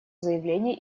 заявление